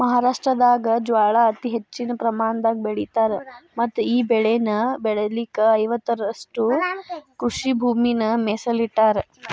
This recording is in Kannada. ಮಹಾರಾಷ್ಟ್ರದಾಗ ಜ್ವಾಳಾ ಅತಿ ಹೆಚ್ಚಿನ ಪ್ರಮಾಣದಾಗ ಬೆಳಿತಾರ ಮತ್ತಈ ಬೆಳೆನ ಬೆಳಿಲಿಕ ಐವತ್ತುರಷ್ಟು ಕೃಷಿಭೂಮಿನ ಮೇಸಲಿಟ್ಟರಾ